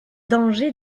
danger